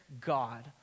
God